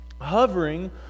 Hovering